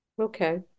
Okay